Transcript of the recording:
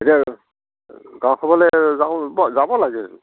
হেৰি অঁ গাওঁ সভালে যাওঁ যাব লাগে